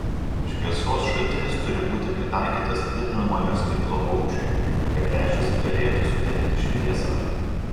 šviesos šaltinis turi būti pritaikytas didinamojo stiklo aukščiui kad lęšis galėtų sutelkti šviesą